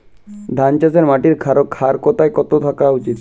ধান চাষে মাটির ক্ষারকতা কত থাকা উচিৎ?